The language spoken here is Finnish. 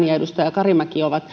ja edustaja karimäki ovat